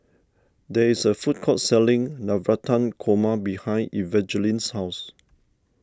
there is a food court selling Navratan Korma behind Evangeline's house